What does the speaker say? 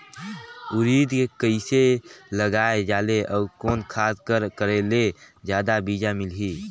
उरीद के कइसे लगाय जाले अउ कोन खाद कर करेले जादा बीजा मिलही?